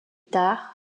tard